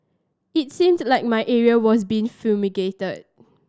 it seemed like my area was being fumigated